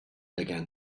began